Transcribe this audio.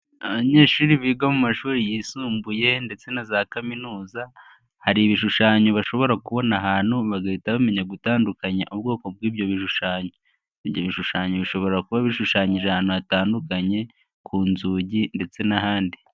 Abanyeshuri biga mu mashuri yisumbuye ndetse na za kaminuza, hari ibishushanyo bashobora kubona ahantu bagahita bamenya gutandukanya ubwoko bw'ibyo bishushanyo. Ibyo bishushanyo bishobora kuba bishushanyije ahantu hatandukanye, ku nzugi ndetse n'ahandi.